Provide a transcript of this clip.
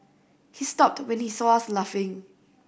he stopped when he saw us laughing